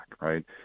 right